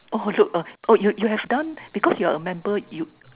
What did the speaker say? oh look uh you you have done because your a member you